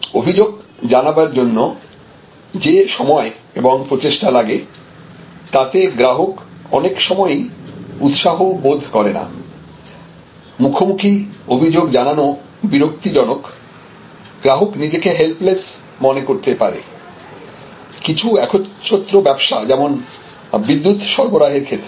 অভিযোগ জানাবার জন্য যে সময় এবং প্রচেষ্টা লাগে তাতে গ্রাহক অনেক সময়ই উৎসাহ বোধ করে না মুখোমুখি অভিযোগ জানানো বিরক্তি জনক গ্রাহক নিজেকে হেলপ্লেস মনে করতে পারে কিছু একছত্র ব্যবসা যেমন বিদ্যুৎ সরবরাহের ক্ষেত্রে